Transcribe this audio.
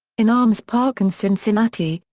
in alms park in cincinnati,